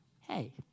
hey